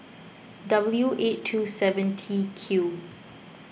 W eight two seven T Q